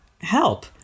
help